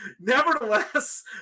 nevertheless